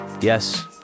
Yes